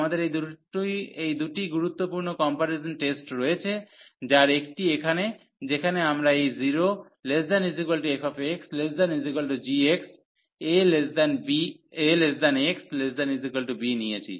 আমাদের এই দুটি গুরুত্বপূর্ণ কম্পারিজন টেস্ট রয়েছে যার একটি এখানে যেখানে আমরা এই 0≤f≤g ax≤b নিয়েছি